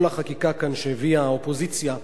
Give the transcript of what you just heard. כל החקיקה כאן שהביאה האופוזיציה,